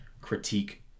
critique